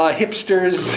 hipsters